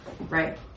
right